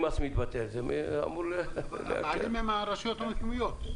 מתבטל זה אמור ------ הרשויות המקומיות.